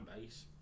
base